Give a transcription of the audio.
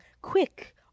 Quick